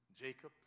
Jacob